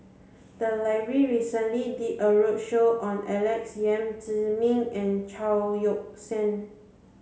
the library recently did a roadshow on Alex Yam Ziming and Chao Yoke San